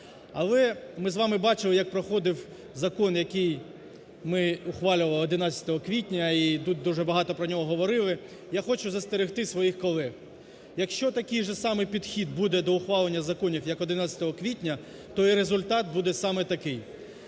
Але ми з вами бачили, як проходив закон, який ми ухвалювали 11 квітня. І тут дуже багато про нього говорили. Я хочу застерегти своїх колег. Якщо такий же самий підхід буде до ухвалення законів, як 11 квітня, то і результат буде саме такий.